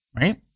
right